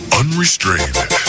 unrestrained